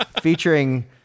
featuring